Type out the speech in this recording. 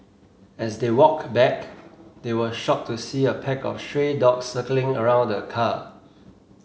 as they walked back they were shocked to see a pack of stray dogs circling around the car